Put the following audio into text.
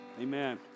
Amen